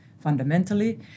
fundamentally